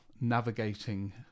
navigating